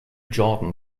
jordan